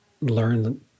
learn